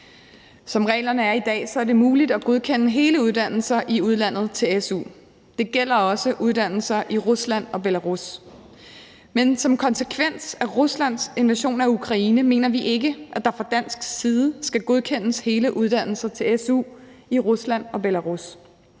Som reglerne er i dag, er det muligt at godkende hele uddannelser i udlandet til su. Det gælder også uddannelser i Rusland og Belarus, men som en konsekvens af Ruslands invasion af Ukraine mener vi ikke, at der fra dansk side skal godkendes hele uddannelser til su i Rusland og Belarus.